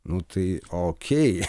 nu tai okei